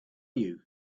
you